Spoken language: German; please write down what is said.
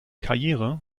karriere